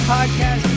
Podcast